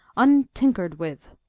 untinkered with.